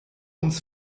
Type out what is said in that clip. uns